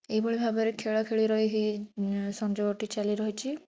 ଏଇ ଭଳି ଭାବରେ ଖେଳା ଖେଳିର ଏହି ସଂଯୋଗଟି ଚାଲି ରହିଛି